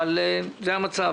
אבל זה המצב.